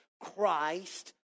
Christ